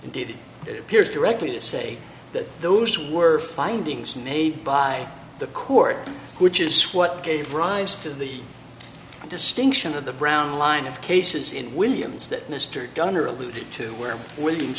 it appears directly to say that those were findings made by the court which is what gave rise to the distinction of the brown line of cases in williams that mr downer alluded to where w